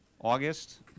August